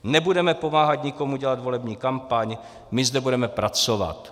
Nebudeme pomáhat nikomu dělat volební kampaň, my zde budeme pracovat.